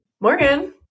Morgan